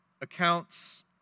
accounts